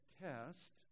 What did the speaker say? test